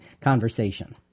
conversation